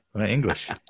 English